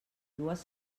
dues